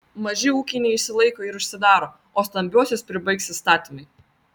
maži ūkiai neišsilaiko ir užsidaro o stambiuosius pribaigs įstatymai